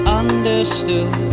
understood